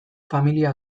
familia